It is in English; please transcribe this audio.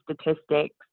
statistics